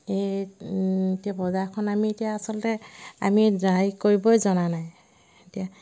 এই এতিয়া বজাৰখন আমি এতিয়া আচলতে আমি জাহিৰ কৰিবই জনা নাই এতিয়া